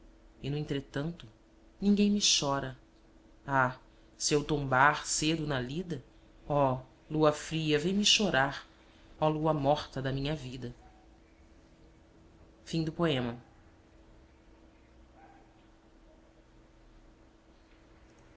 e no entretanto ninguém me chora ah se eu tombar cedo na lida oh lua fria vem me chorar oh lua morta da minha vida idealizações a